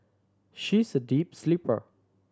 she's a deep sleeper